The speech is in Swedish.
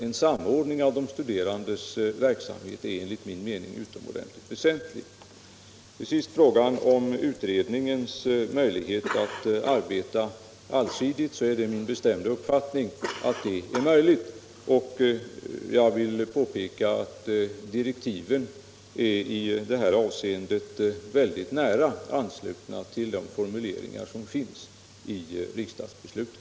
En samordning av de studerandes verksamhet är nämligen enligt min mening utomordentligt väsentlig. Vad till sist gäller frågan om utredningens möjlighet att arbeta allsidigt är det min bestämda uppfattning att det är möjligt. Jag vill påpeka att direktiven i det här avseendet mycket nära ansluter till de formuleringar som finns i riksdagsbeslutet.